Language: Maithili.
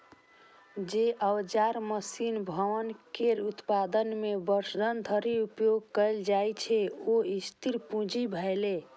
जे औजार, मशीन, भवन केर उत्पादन मे वर्षों धरि उपयोग कैल जाइ छै, ओ स्थिर पूंजी भेलै